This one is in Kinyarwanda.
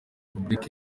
repubulika